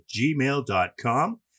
gmail.com